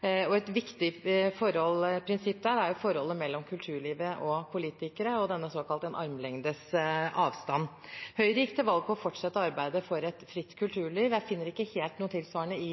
Et viktig prinsipp her er jo forholdet mellom kulturlivet og politikere, den såkalte armlengdes avstand. Høyre gikk til valg på å fortsette arbeidet for et fritt kulturliv. Jeg finner ikke noe helt tilsvarende i